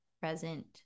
present